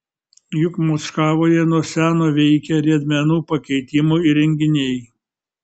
juk mockavoje nuo seno veikia riedmenų pakeitimo įrenginiai